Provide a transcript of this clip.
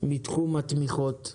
מתחום התמיכות,